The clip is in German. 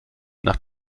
nach